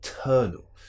eternal